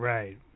Right